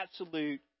absolute